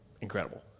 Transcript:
incredible